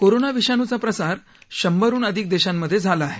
corona विषाणूचा प्रसार शंभरहून अधिक देशांमध्ये झाला आहे